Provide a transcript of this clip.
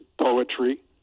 poetry